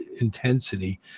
intensity